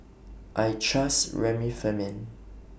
I Trust Remifemin